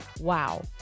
Wow